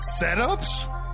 setups